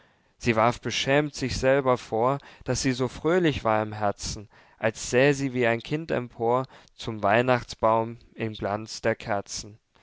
sie warf beschämt sich selber vor daß sie so fröhlich war im herzen als säh sie wie ein kind empor zum weihnachtsbaum im glanz der kerzen